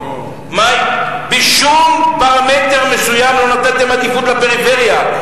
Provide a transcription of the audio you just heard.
בשום פרמטר לא נתתם עדיפות לפריפריה.